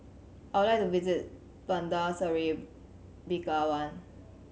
I would like to visit Bandar Seri Begawan